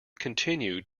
continued